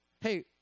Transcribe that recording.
hey